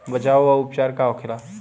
बचाव व उपचार का होखेला?